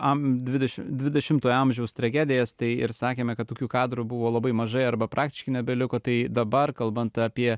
am dvidešim dvidešimtojo amžiaus tragedijas tai ir sakėme kad tokių kadrų buvo labai mažai arba praktiškai nebeliko tai dabar kalbant apie